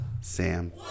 Sam